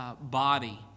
body